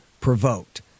Provoked